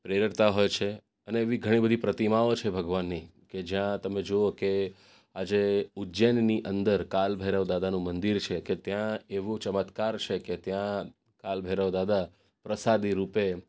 પ્રેરતા હોય છે અને એવી ઘણી બધી પ્રતિમાઓ છે ભગવાનની કે જ્યાં તમે જુઓ કે આજે ઉજ્જૈનની અંદર કાલ ભૈરવ દાદાનું મંદિર છે કે ત્યાં એવો ચમત્કાર છે કે ત્યાં કાલ ભૈરવ દાદા પ્રસાદિ રૂપે